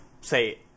say